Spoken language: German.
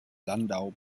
landau